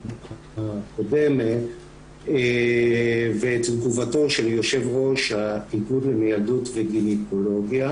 הקודמת ואת תגובתו של יושב-ראש איגוד המיילדות וגניקולוגיה.